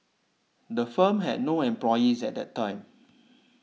the firm had no employees at that time